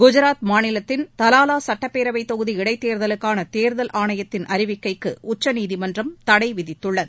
குஜராத் மாநிலத்தின் தலாவா சுட்டப்பேரவைத் தொகுதி இடைத்தேர்தலுக்கான தேர்தல் ஆணையத்தின் அறிவிக்கைக்கு உச்சநீதிமன்றம் தடை விதித்துள்ளது